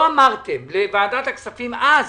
לא אמרתם לוועדת הכספים אז